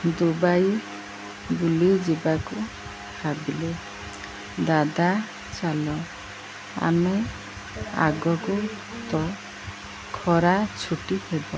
Dubai ବୁଲିଯିବାକୁ ଭାବିଲେ ଦାଦା ଚାଲ ଆମେ ଆଗକୁ ତ ଖରା ଛୁଟି ହେବ